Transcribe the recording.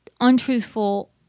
untruthful